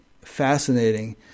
fascinating